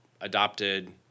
adopted